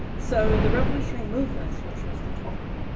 so the revolutionary movements, which was the top one,